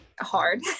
hard